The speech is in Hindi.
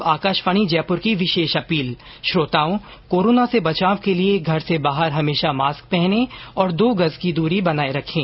और अब आकाशवाणी जयपुर की विशेष अपील श्रोताओं कोरोना से बचाव के लिए घर से बाहर हमेशा मास्क पहने और दो गज की दूरी बनाए रखें